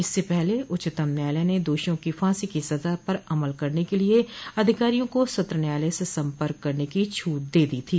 इससे पहले उच्चतम न्यायालय ने दोषियों की फांसी की सजा पर अमल करने के लिए अधिकारियों को सत्र न्यायालय से संपर्क करने की छूट दे दी थी